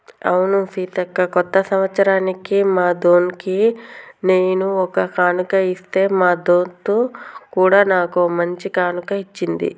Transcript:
అవును సీతక్క కొత్త సంవత్సరానికి మా దొన్కి నేను ఒక కానుక ఇస్తే మా దొంత్ కూడా నాకు ఓ మంచి కానుక ఇచ్చింది